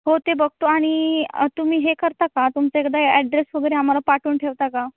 हो ते बघतो आणि तुम्ही हे करता का तुमच्याकडं ॲड्रेस वगैरे आम्हाला पाठवून ठेवता का